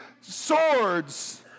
swords